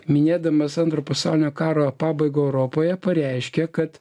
minėdamas antro pasaulinio karo pabaigą europoje pareiškė kad